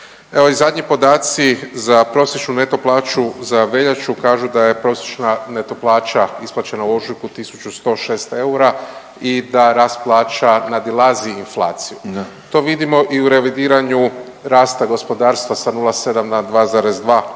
zadnji podaci za prosječnu neto plaću za veljaču kažu da je prosječna neto plaća isplaćena u ožujku 1.100 eura i da rast plaća nadilazi inflaciju. To vidimo i u revidiranju rasta gospodarstva sa 0,7 na 2,2%